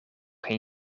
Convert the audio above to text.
geen